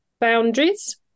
boundaries